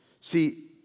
See